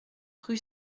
rue